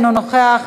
אינו נוכח,